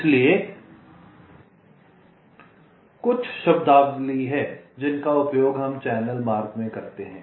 इसलिए कुछ शब्दावली हैं जिनका उपयोग हम चैनल मार्ग में करते हैं